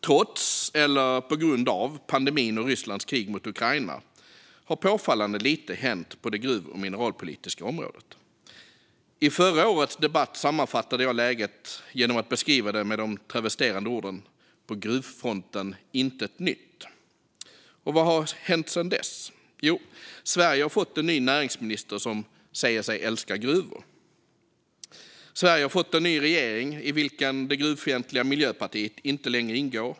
Trots, eller på grund av, pandemin och Rysslands krig mot Ukraina har påfallande lite hänt på det gruv och mineralpolitiska området. I förra årets debatt sammanfattade jag läget genom att beskriva det med de travesterande orden: På gruvfronten intet nytt. Vad har hänt sedan dess? Jo, Sverige har fått en ny näringsminister som säger sig älska gruvor och en ny regering i vilken det gruvfientliga Miljöpartiet inte längre ingår.